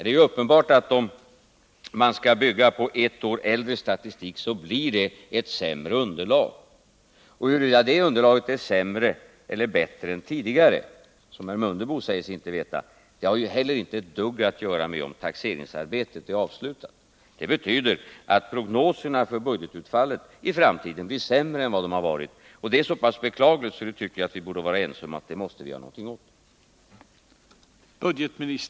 Det är uppenbart att det blir sämre underlag när man skall bygga på en ett år äldre statistik. Huruvida det underlaget är sämre eller bättre än tidigare underlag, 199 vilket herr Mundebo säger sig inte veta, har heller inte ett dugg att göra med om taxeringsarbetet är avslutat eller inte. Det betyder bara att prognoserna för budgetutfallet i framtiden blir sämre än vad de har varit. Detta är så pass beklagligt att jag tycker vi borde vara ense om att vi måste göra någonting åt det.